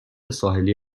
ساحلی